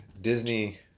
Disney